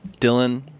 Dylan